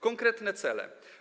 Konkretne cele.